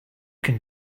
can